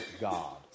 God